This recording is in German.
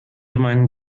mein